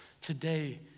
today